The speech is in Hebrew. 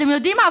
אתם יודעים מה,